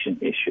issue